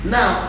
Now